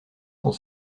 sont